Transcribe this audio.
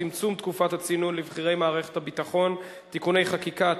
צמצום תקופת הצינון לבכירי מערכת הביטחון (תיקוני חקיקה),